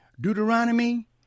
Deuteronomy